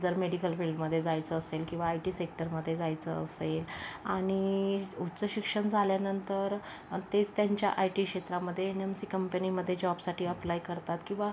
जर मेडिकल फील्डमध्ये जायचं असेल किंवा आय टी सेक्टरमध्ये जायचं असेल आणि उच्च शिक्षण झाल्यानंतर तेच त्यांच्या आय टी क्षेत्रामध्ये एन एम सी कंपनीमध्ये जॉबसाठी अप्लाय करतात किंवा